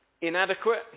inadequate